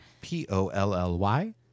P-O-L-L-Y